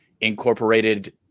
incorporated